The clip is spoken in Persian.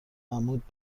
عمود